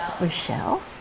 Michelle